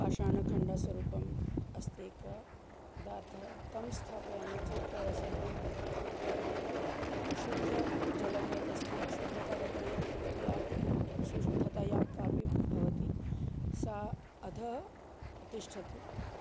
पाषाणखण्डस्वरूपम् अस्ति एकः पदार्थः तं स्थापयामि चेत् सर्वं अशुद्धजलं यत् अस्ति अशुद्धता तत्र यत् या कि अशुद्धतया कापि भवति सा अधः तिष्ठति